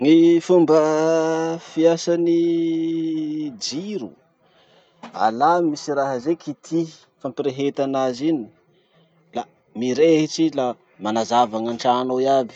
Gny fomba fiasan'ny jiro. Alà misy raha zay kitihy, fampireheta anazy iny, la mirehitsy i la manazava gn'antrano ao iaby.